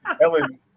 Ellen